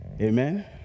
Amen